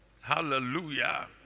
Hallelujah